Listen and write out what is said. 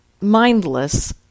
mindless